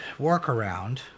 workaround